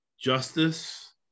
justice